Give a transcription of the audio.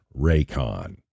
Raycon